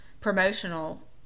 promotional